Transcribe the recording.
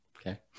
Okay